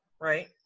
right